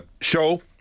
show